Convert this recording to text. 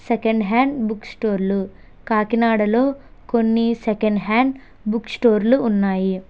second hand book స్టోర్లు కాకినాడలో కొన్ని సెకండ్ హ్యాండ్ బుక్ స్టోర్లు ఉన్నాయి